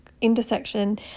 intersection